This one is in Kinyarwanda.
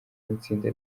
n’itsinda